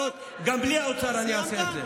שכשאני אמצא מקורות, גם בלי האוצר אני אעשה את זה.